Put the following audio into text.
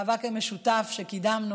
המאבק המשותף שקידמנו,